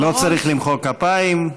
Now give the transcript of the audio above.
לא צריך למחוא כפיים,